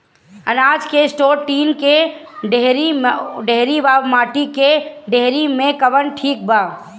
अनाज के store tin के डेहरी व माटी के डेहरी मे कवन ठीक बा?